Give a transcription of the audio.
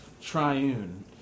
triune